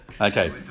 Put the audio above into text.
Okay